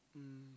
mm